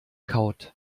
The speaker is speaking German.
kaut